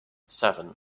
seven